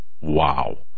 Wow